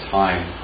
time